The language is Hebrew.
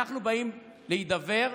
אנחנו באים להידבר,